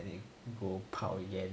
and you go 炮眼